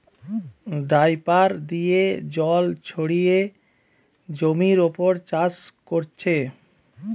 dripper দিয়ে জল ছড়িয়ে জমির উপর চাষ কোরছে